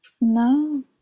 No